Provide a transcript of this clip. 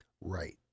Right